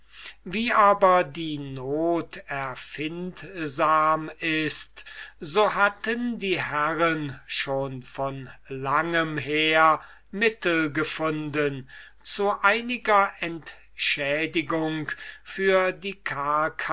wie aber die not erfindsam ist so hatten die herren schon von langem her mittel gefunden zu einiger entschädigung für die